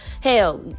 hell